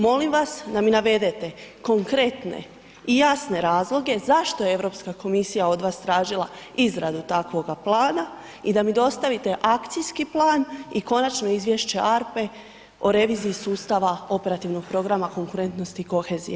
Molim vas da mi navedete konkretne i jasne razloge zašto EU komisija od vas tražila izradu takvoga plana i da mi dostavite akcijski plan i konačno izvješće ARPA-e o reviziji sustava Operativnog programa konkurentnost i kohezija.